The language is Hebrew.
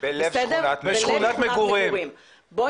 בלב שכונת מגורים.